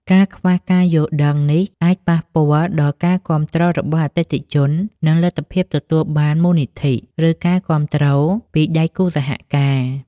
ការខ្វះការយល់ដឹងនេះអាចប៉ះពាល់ដល់ការគាំទ្ររបស់អតិថិជន និងលទ្ធភាពទទួលបានមូលនិធិ ឬការគាំទ្រពីដៃគូសហការ ។